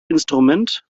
instrument